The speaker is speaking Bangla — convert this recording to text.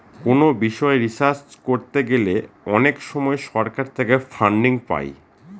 কোনো বিষয় রিসার্চ করতে গেলে অনেক সময় সরকার থেকে ফান্ডিং পাই